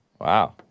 Wow